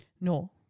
No